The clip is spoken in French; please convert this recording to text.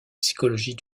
psychologie